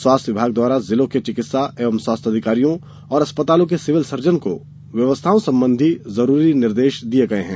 स्वास्थ्य विभाग द्वारा जिलों के चिकित्सा एवं स्वास्थ्य अधिकारियों और अस्पतालों के सिविल सर्जन को व्यवस्थाओं संबंधी आवश्यक निर्देश ज़ारी कर दिये गये हैं